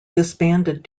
disbanded